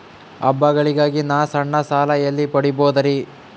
ಹಬ್ಬಗಳಿಗಾಗಿ ನಾ ಸಣ್ಣ ಸಾಲ ಎಲ್ಲಿ ಪಡಿಬೋದರಿ?